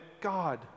God